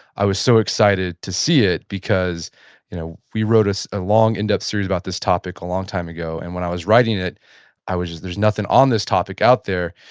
i was so excited to see it because you know we wrote us a long in-depth series about this topic a long time ago, and when i was writing it i was just, there's nothing on this topic out there,